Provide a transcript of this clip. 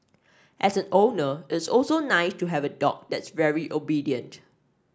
as an owner it's also nice to have a dog that's very obedient